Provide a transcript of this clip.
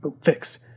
fixed